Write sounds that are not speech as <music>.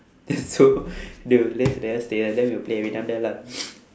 this is so they will let us stay uh then we'll play every time there lah <noise>